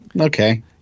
Okay